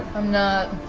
i'm not.